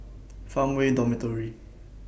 Farmway Dormitory